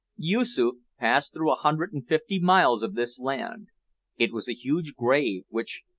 yoosoof passed through a hundred and fifty miles of this land it was a huge grave, which,